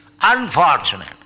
unfortunate